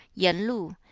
yen lu,